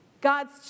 God's